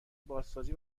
بازسازی